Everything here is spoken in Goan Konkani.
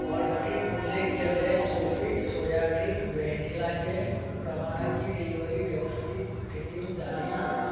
ऑर्डरींत उल्लेख केल्ले सो फिट सोया ड्रिंक व्हॅनिलाची प्रमाणाची डिलिव्हरी वेवस्थीत रितीन जाली ना